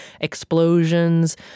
explosions